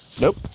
Nope